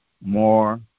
more